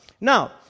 Now